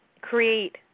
create